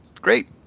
great